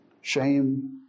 shame